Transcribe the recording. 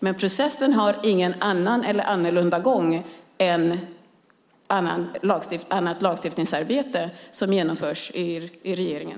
Men processen har ingen annan eller annorlunda gång än annat lagstiftningsarbete som genomförs i regeringen.